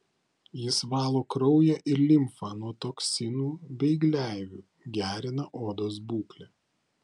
jis valo kraują ir limfą nuo toksinų bei gleivių gerina odos būklę